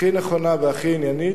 הכי נכונה והכי עניינית.